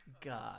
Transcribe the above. God